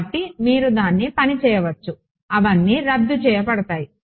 కాబట్టి మీరు దాన్ని పని చేయవచ్చు అవన్నీ రద్దు చేయబడతాయి